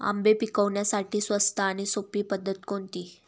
आंबे पिकवण्यासाठी स्वस्त आणि सोपी पद्धत कोणती?